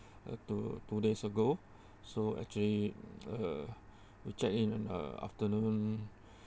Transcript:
uh two two days ago so actually uh we checked in uh afternoon